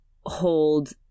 hold